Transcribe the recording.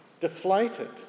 deflated